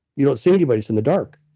you don't see anybody's in the dark.